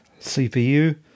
CPU